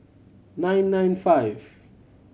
nine nine five